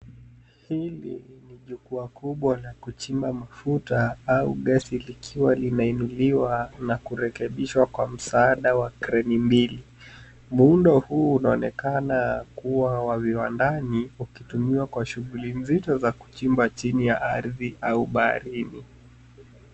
Hili ni jukwaa kubwa la kuchimba mafuta au gesi likiwa linainuliwa na kurekebishwa kwa msaada wa kreni mbili. Muundo huu unaonekana kuwa wa viwandani ukitumiwa kwa shughuli nzito za kuchimba chini ya ardhi au baharini.